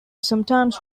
sometimes